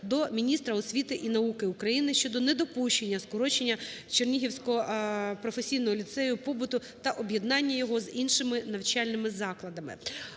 до міністра освіти і науки України щодо недопущення скорочення Чернігівського професійного ліцею побуту та об'єднання його з іншим навчальним закладом.